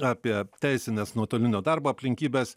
apie teisines nuotolinio darbo aplinkybes